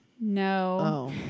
No